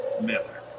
Miller